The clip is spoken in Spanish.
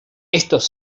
estos